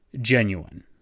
genuine